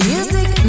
Music